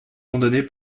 condamné